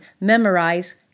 memorize